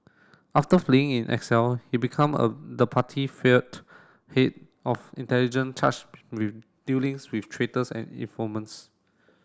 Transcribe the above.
after fleeing in exile he become a the party feared head of intelligence with dealings with traitors and informants